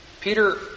Peter